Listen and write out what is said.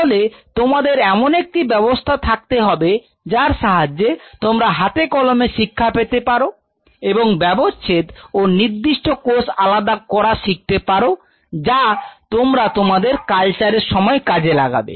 তাহলে তোমাদের এমন একটি ব্যবস্থা থাকতে হবে যার সাহায্যে তোমরা হাতে কলমে শিক্ষা পেতে পারো এবং ব্যবচ্ছেদ ও নির্দিষ্ট কোষ আলাদা করা শিখতে পারো যা তোমরা তোমাদের কালচারের সময় কাজে লাগাবে